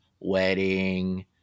Wedding